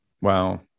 Wow